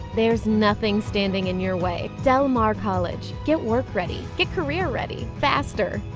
there's nothing standing in your way. del mar college, get work-ready, get career-ready, faster.